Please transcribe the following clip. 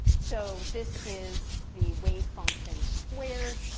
so this is the wave function squared,